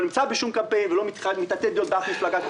לא נמצא בשום קמפיין ולא מתעתד להיות באף מפלגה בעתיד,